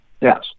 Yes